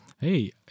Hey